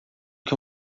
que